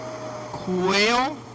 Quail